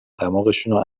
دماغشونو